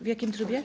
W jakim trybie?